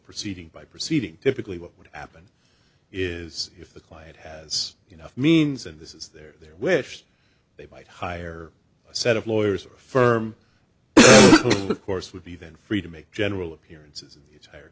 proceeding by proceeding typically what would happen is if the client has you know means and this is their wish they might hire a set of lawyers or a firm of course would be then free to make general appearances t